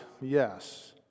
yes